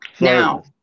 Now